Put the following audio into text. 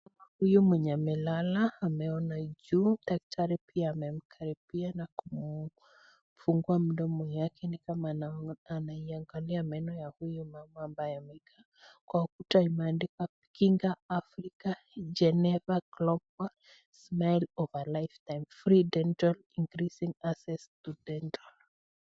huyu mwenye amelala ameona juu daktari pia amemkaribia na kumfungua mdomo yake ni kama ana anaiangalia meno ya huyu mama ambaye amekaa kwa ukuta imeandika Kinga Africa Geneva Global Smile over lifetime. Free dental increasing access to dental.